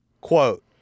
quote